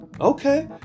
okay